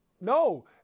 No